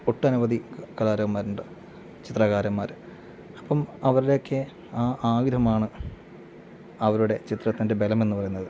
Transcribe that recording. ഒട്ടനവധി കലാകാരന്മാർ ഉണ്ട് ചിത്രകാരന്മാർ അപ്പം അവരുടെ ഒക്കെ ആ ആയുധമാണ് അവരുടെ ചിത്രത്തിൻ്റെ ബലമെന്ന് പറയുന്നത്